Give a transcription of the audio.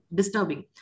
disturbing